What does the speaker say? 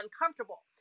uncomfortable